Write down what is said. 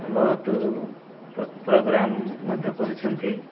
ବହୁତ ପ୍ରୋଗ୍ରାମ୍ ମଧ୍ୟ କରୁଛନ୍ତି